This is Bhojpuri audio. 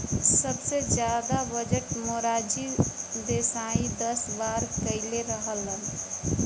सबसे जादा बजट मोरारजी देसाई दस बार कईले रहलन